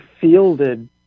fielded